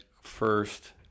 first